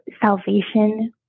salvation